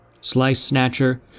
Slice-snatcher